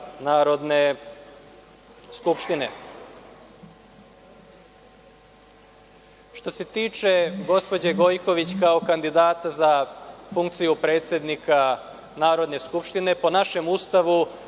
Narodne skupštine. Što se tiče gospođe Gojković kao kandidata za funkciju predsednika Narodne skupštine, po našem Ustavu,